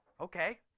Okay